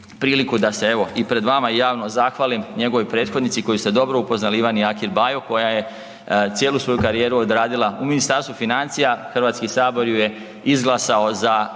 priliku da se evo i pred vama javno zahvalim njegovoj prethodnici koju ste dobro upoznali Ivani Jakir Bajo koja je cijelu svoju karijeru odradila u Ministarstvu financija, HS ju je izglasao za